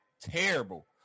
terrible